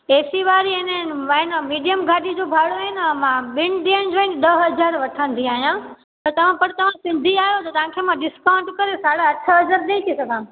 AC वारी आहे न मीडियम गाॾी जो भाड़ो आहे न मां ॿिनि ॾींहंनि जो आहे न मां ॿ हज़ार वठंदी आहियां त पर तव्हां सिंधी आहियो त तव्हांखे मां डिस्काउंट करे साढ़े अठ हज़ार ॾेई सघंदमि